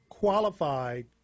qualified